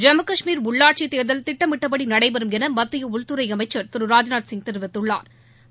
ஜம்மு காஷ்மீர் உள்ளாட்சி தேர்தல் திட்டமிட்டபடி நடைபெறும் என மத்திய உள்துறை அமைச்ச் திரு ராஜ்நாத் சிங் தெரிவித்துள்ளாா்